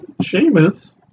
Sheamus